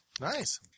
Nice